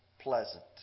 pleasant